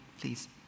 please